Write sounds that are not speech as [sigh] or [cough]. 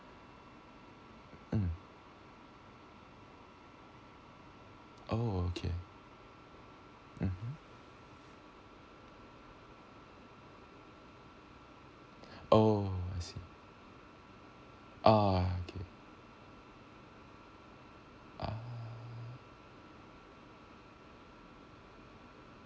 um oh okay mmhmm [breath] oh I see ah okay ah